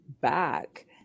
back